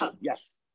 Yes